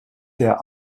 der